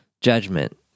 judgment